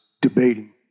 debating